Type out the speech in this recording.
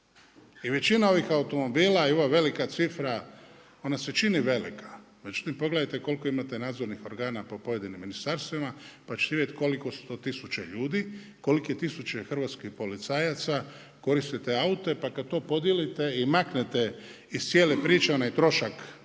I većina ovih automobila i ova velika cifra, ona se čini velika, međutim pogledajte koliko imate nadzornih organa po pojedinim ministarstvima, pa ćete vidjeti kolike su to tisuće ljudi, kolike tisuće hrvatskih policajaca koriste te aute. Pa kad to podijelite i maknete iz cijele priče onaj trošak